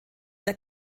der